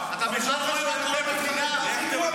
גרועה בהיסטוריה.